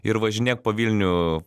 ir važinėk po vilnių